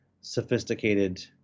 sophisticated